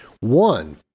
One